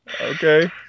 Okay